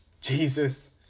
Jesus